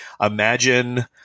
imagine